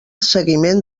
seguiment